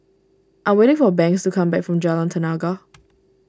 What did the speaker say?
I'm waiting for Banks to come back from Jalan Tenaga